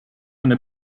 eine